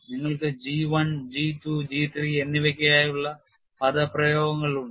നിങ്ങൾക്ക് G I G II G III എന്നിവയ്ക്കായുള്ള പദപ്രയോഗങ്ങൾ ഉണ്ട്